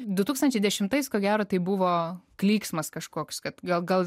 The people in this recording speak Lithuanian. du tūkstančiai dešimtais ko gero tai buvo klyksmas kažkoks kad gal gal